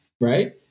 Right